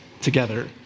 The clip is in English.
together